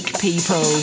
people